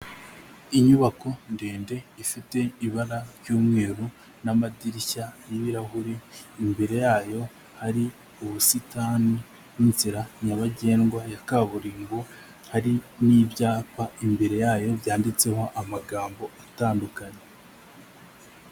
Inyubako ndende ifite ibara ry'umweru n'amadirishya y'ibirahuri, imbere yayo hari ubusitani n'inzira nyabagendwa ya kaburimbo, hari n'ibyapa imbere yayo byanditseho amagambo atandukanye.